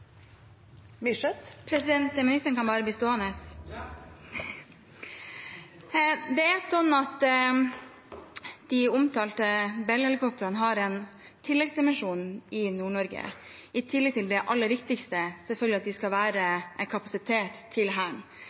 Myrseth – til oppfølgingsspørsmål. Ministeren kan bare bli stående. De omtalte Bell-helikoptrene har en tilleggsdimensjon i Nord-Norge i tillegg til det aller viktigste, som selvfølgelig er at de skal være en kapasitet for Hæren.